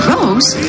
Rose